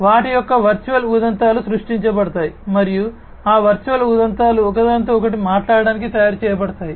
వాటి యొక్క వర్చువల్ ఉదంతాలు సృష్టించబడతాయి మరియు ఆ వర్చువల్ ఉదంతాలు ఒకదానితో ఒకటి మాట్లాడటానికి తయారు చేయబడతాయి